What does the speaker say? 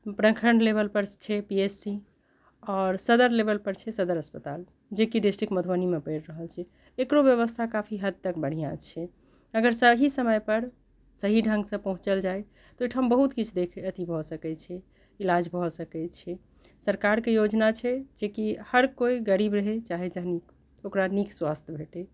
प्रखण्ड लेवल पर छै पी एस सी आओर सदर लेवल पर छै सदर अस्पताल जेकी डिस्ट्रिक्ट मधुबनी मे परि रहल छै एकरो व्यवस्था काफी हद तक बढ़िऑं छै अगर सही समय पर सही ढँग सँ पहुँचल जाए तऽ ओहिठाम बहुत किछु देख अथी भऽ सकै छै ईलाज भऽ सकै छै सरकार के योजना छै जेकी हर कोइ गरीब रहै चाहे धनीक ओकरा नीक स्वास्थ भेटै